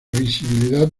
visibilidad